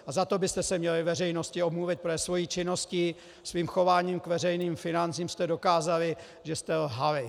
A za to byste se měli veřejnosti omluvit, protože svou činností, svým chováním k veřejným financím jste dokázali, že jste lhali.